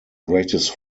greatest